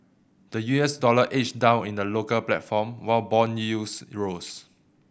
the U S dollar edged down in the local platform while bond yields rose